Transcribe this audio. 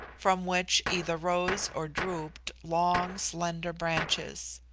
from which either rose or drooped long slender branches.